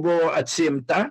buvo atsiimta